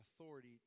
authority